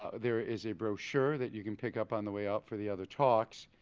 ah there is a brochure that you can pick up on the way out for the other talks,